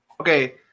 Okay